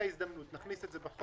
אז הנה ההזדמנות, להכניס את זה בחוק.